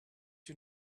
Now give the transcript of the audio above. you